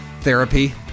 therapy